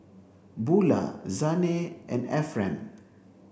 Bulah Zhane and Efren